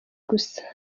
gusa